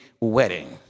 wedding